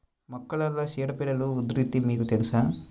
మొక్కలలో చీడపీడల ఉధృతి మీకు తెలుసా?